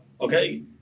okay